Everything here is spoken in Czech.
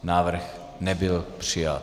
Návrh nebyl přijat.